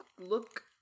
look